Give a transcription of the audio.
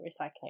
recycling